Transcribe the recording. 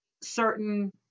certain